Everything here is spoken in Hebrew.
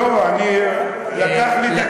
לא, לקח לי דקה.